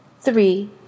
three